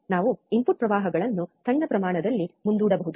ನಾವು ಇನ್ಪುಟ್ ಪ್ರವಾಹವನ್ನು ಸಣ್ಣ ಪ್ರಮಾಣದಲ್ಲಿ ಮುಂದೂಡಬಹುದು